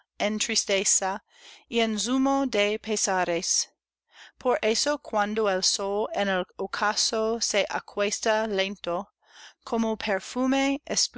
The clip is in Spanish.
y en zumo de pesares por eso cuando el sol en el ocaso se acuesta lento como